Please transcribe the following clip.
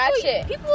People